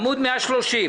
בעמוד 130,